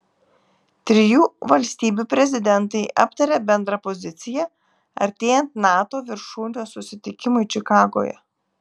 trijų valstybių prezidentai aptarė bendrą poziciją artėjant nato viršūnių susitikimui čikagoje